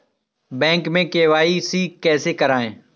Bank में KYC कैसे करायें?